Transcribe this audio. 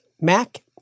Mac